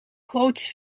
groots